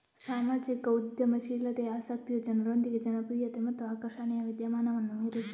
ಸಾಮಾಜಿಕ ಉದ್ಯಮಶೀಲತೆಯ ಆಸಕ್ತಿಯು ಜನರೊಂದಿಗೆ ಜನಪ್ರಿಯತೆ ಮತ್ತು ಆಕರ್ಷಣೆಯ ವಿದ್ಯಮಾನವನ್ನು ಮೀರಿಸುತ್ತದೆ